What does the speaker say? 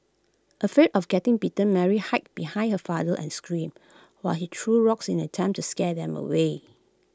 afraid of getting bitten Mary hid behind her father and screamed while he threw rocks in an attempt to scare them away